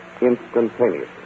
instantaneously